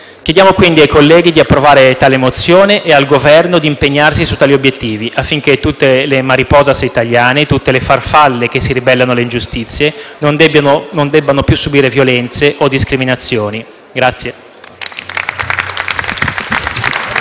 Chiediamo, quindi, ai colleghi di approvare tale mozione e al Governo di impegnarsi su tali obiettivi, affinché tutte le *mariposas* italiane, tutte le farfalle che si ribellano alle ingiustizie, non debbano più subire violenze o discriminazioni.